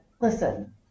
listen